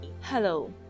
Hello